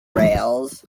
rails